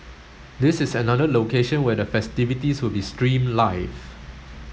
this is another location where the festivities will be streamed live